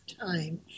time